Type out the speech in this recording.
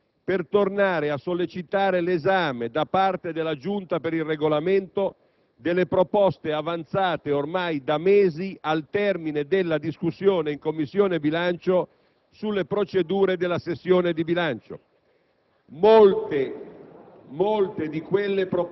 Colgo l'occasione, signor Presidente, per tornare a sollecitare l'esame da parte della Giunta per il Regolamento delle proposte, avanzate ormai da mesi, al termine della discussione in Commissione bilancio sulle procedure della sessione di bilancio.